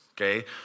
okay